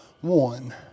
one